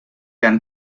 han